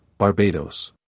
Barbados